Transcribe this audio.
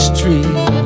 Street